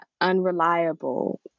unreliable